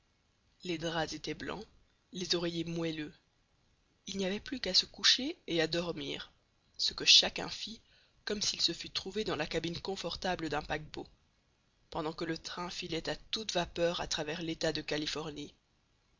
les draps étaient blancs les oreillers moelleux il n'y avait plus qu'à se coucher et à dormir ce que chacun fit comme s'il se fût trouvé dans la cabine confortable d'un paquebot pendant que le train filait à toute vapeur à travers l'état de californie